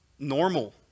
Normal